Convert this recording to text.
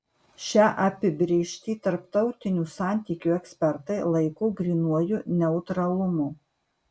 šią apibrėžtį tarptautinių santykių ekspertai laiko grynuoju neutralumu